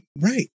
right